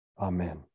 Amen